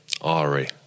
Ari